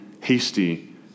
hasty